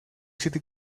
city